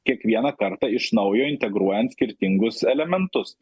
kiekvieną kartą iš naujo integruojant skirtingus elementus